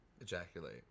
ejaculate